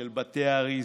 של בתי אריזה,